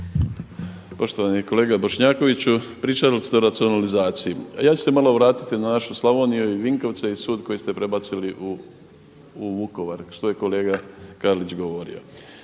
Poštovani kolega Bošnjakoviću. Pričali ste o racionalizaciji, a ja ću se malo vratiti na našu Slavoniju i Vinkovce i sud koji ste prebacili u Vukovar što je kolega Karlić govorio.